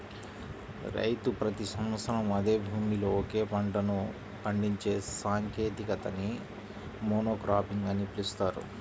రైతు ప్రతి సంవత్సరం అదే భూమిలో ఒకే పంటను పండించే సాంకేతికతని మోనోక్రాపింగ్ అని పిలుస్తారు